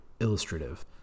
illustrative